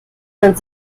man